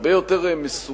הרבה יותר מסוכן,